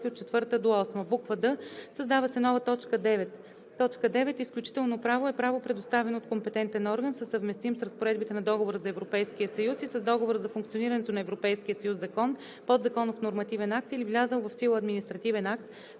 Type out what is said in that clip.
съответно т. 4 – 8; д) създава се нова т. 9: „9. „Изключително право“ е право, предоставено от компетентен орган със съвместим с разпоредбите на Договора за Европейския съюз и с Договора за функционирането на Европейския съюз закон, подзаконов нормативен акт или влязъл в сила административен акт,